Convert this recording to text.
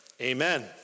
Amen